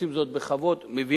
הם עושים זאת בכבוד.